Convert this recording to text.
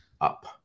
up